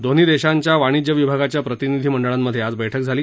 दोन्ही देशांच्या वाणिज्य विभागाच्या प्रतिनिधी मंडळांमध्ये आज बैठक झाली